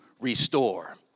restore